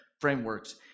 frameworks